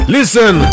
Listen